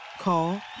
Call